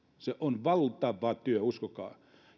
se on valtava työ uskokaa